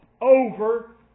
over